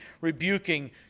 rebuking